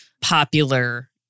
popular